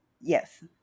Yes